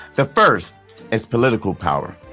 the first is political power,